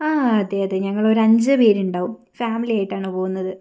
ആ അതെ അതെ ഞങ്ങള് ഒരു അഞ്ചുപേര് ഉണ്ടാകും ഫാമിലി ആയിട്ടാണ് പോകുന്നത്